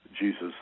Jesus